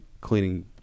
cleaning